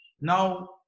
now